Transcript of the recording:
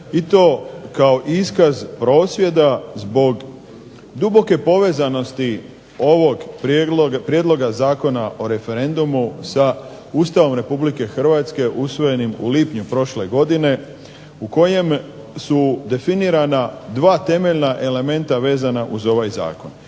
i to kao iskaz prosvjeda zbog duboke povezanosti ovog prijedloga Zakona o referendumu sa Ustavom RH usvojenim u lipnju prošle godine u kojem su definirana dva temeljna elementa vezana uz ovaj zakon. Jedno